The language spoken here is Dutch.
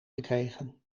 gekregen